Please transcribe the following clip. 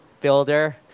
builder